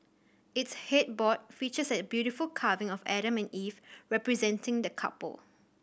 its headboard features a beautiful carving of Adam and Eve representing the couple